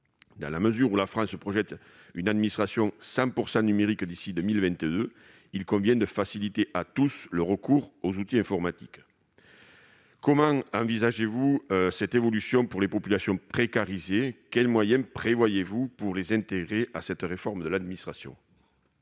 Dans la mesure où la France projette de développer une administration 100 % numérique d'ici à 2022, il convient de faciliter, pour tous, le recours aux outils informatiques. Comment envisagez-vous cette évolution pour les populations précarisées ? Quels moyens prévoyez-vous pour les intégrer à cette réforme de l'administration ?